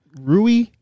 Rui